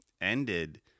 ended